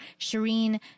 Shireen